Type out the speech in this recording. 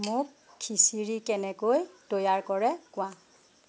মোক খিচিৰি কেনেকৈ তৈয়াৰ কৰে কোৱা